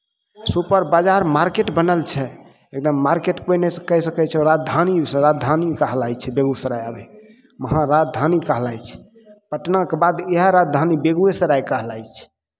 super बाजार market बनल छै एकदम मारकेट कोइ नहि सक कहि सकै छै ओ राजधानीसँ राजधानी कहलाइत छै बेगूसराय अभी महा राजधानी कहलाइत छै पटनाके बाद इएह राजधानी बेगुएसराय कहलाइत छै